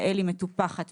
יעל מטופחת,